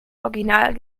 original